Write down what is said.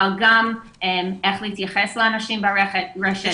אבל גם איך להתייחס לאנשים ברשת,